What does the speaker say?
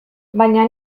baina